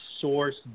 source